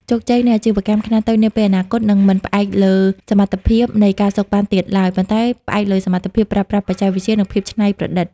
ជោគជ័យនៃអាជីវកម្មខ្នាតតូចនាពេលអនាគត នឹងមិនផ្អែកលើសមត្ថភាពនៃ ការសូកប៉ាន់ ទៀតឡើយ ប៉ុន្តែផ្អែកលើសមត្ថភាពប្រើប្រាស់បច្ចេកវិទ្យា និងភាពច្នៃប្រឌិត។